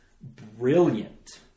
brilliant